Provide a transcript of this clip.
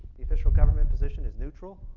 the official government position is neutral.